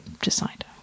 decide